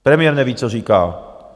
Premiér neví, co říká.